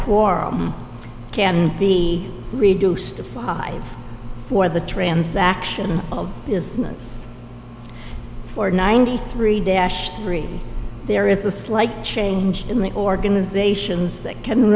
quarrel can be reduced to five for the transaction of business for ninety three dash three there is a slight change in the organizations that can